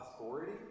authority